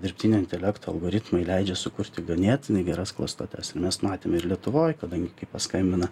dirbtinio intelekto algoritmai leidžia sukurti ganėtinai geras klastotes ir mes matėm ir lietuvoj kadangi kai paskambina